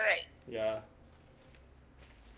ya